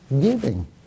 giving